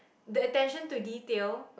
the attention to detail